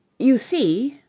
you see.